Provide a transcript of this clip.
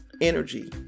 energy